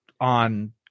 on